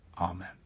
Amen